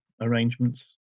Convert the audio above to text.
arrangements